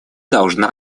должна